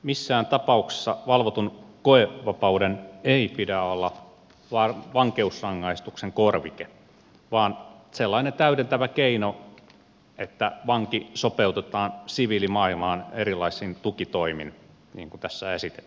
missään tapauksessa valvotun koevapauden ei pidä olla vankeusrangaistuksen korvike vaan sellainen täydentävä keino että vanki sopeutetaan siviilimaailmaan erilaisin tukitoimin niin kuin tässä esitetään